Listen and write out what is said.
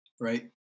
Right